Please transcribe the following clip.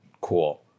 Cool